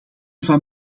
van